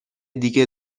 دیگه